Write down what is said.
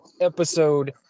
episode